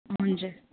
हुन्छ